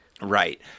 Right